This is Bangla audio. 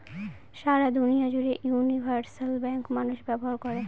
সারা দুনিয়া জুড়ে ইউনিভার্সাল ব্যাঙ্ক মানুষ ব্যবহার করে